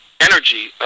energy